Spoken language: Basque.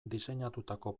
diseinatutako